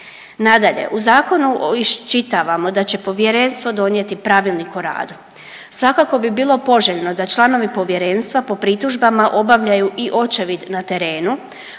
Nadalje, u Zakonu iščitavamo da će Povjerenstvo donijeti pravilnik o radu. Svakako bi bilo poželjno da članovi Povjerenstva po pritužbama obavljaju i očevid na terenu